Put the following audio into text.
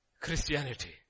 Christianity